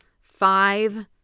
five